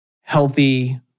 healthy